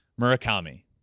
Murakami